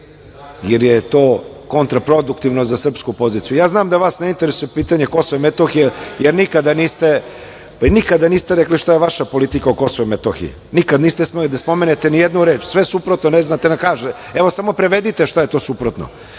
jer je to kontraproduktivno za srpsku poziciju. Ja znam da vas ne interesuje pitanje Kosova i Metohije, jer nikada niste rekli šta je vaša politika o Kosovu i Metohiji, nikada niste smeli da spomenete ni jedu reč, sve suprotno, evo, samo prevedite šta je to suprotno.